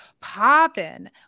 popping